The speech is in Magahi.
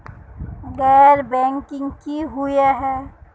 गैर बैंकिंग की हुई है?